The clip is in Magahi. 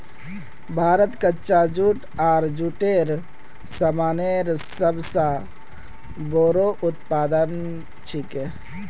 भारत कच्चा जूट आर जूटेर सामानेर सब स बोरो उत्पादक छिके